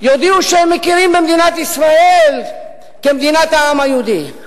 יודיעו שהם מכירים במדינת ישראל כמדינת העם היהודי.